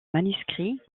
manuscrits